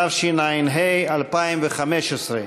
התשע"ה 2015,